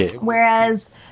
Whereas